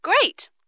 Great